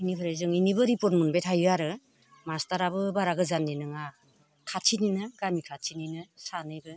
इनिफ्राय जों इनिबो रिपर्ट मोनबाय थायो आरो मास्टाराबो बारा गोजाननि नङा खाथिनिनो गामि खाथिनिनो सानैबो